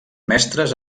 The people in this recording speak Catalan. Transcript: mestres